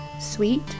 sweet